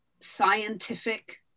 scientific